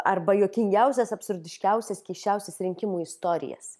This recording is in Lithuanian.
arba juokingiausias absurdiškiausias keisčiausias rinkimų istorijas